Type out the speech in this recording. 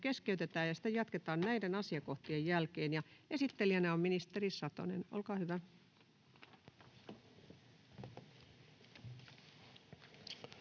keskeytetään ja sitä jatketaan muiden asiakohtien jälkeen. — Esittelijänä on ministeri Satonen. Olkaa hyvä.